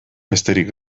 besterik